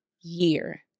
year